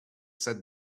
set